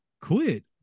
quit